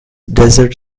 dessert